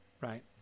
right